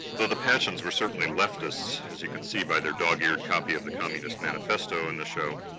though the patchens were certainly leftists, as you can see by their dog-eared copy of the communist manifesto in the show,